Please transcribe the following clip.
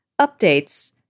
updates